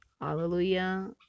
hallelujah